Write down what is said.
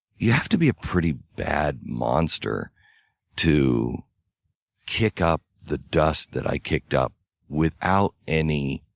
yeah have to be a pretty bad monster to kick up the dust that i kicked up without any